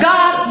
God